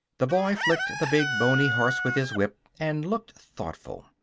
the boy flicked the big, boney horse with his whip and looked thoughtful.